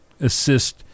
assist